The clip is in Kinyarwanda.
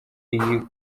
iyi